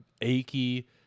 achy